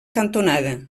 cantonada